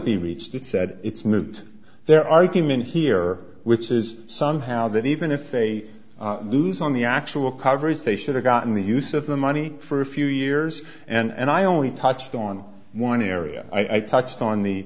be reached and said it's moot their argument here which is somehow that even if they lose on the actual coverage they should have gotten the use of the money for a few years and i only touched on one area i touched